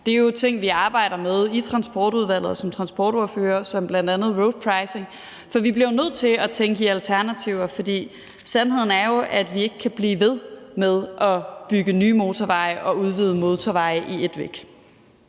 Det er jo ting, vi arbejder med i Transportudvalget og som transportordførere, bl.a. roadpricing. Så vi bliver nødt til at tænke i alternativer, for sandheden er jo, at vi ikke kan blive ved med at bygge nye motorveje og udvide motorveje i et væk.